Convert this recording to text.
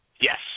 Yes